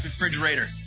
refrigerator